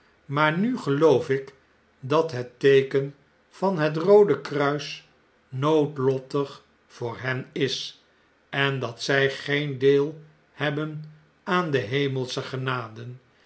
maar nu geloofik dathet teeken van het roode kruis noodlottig voor hen is en dat zfl geen deel hebben aan de hemelsche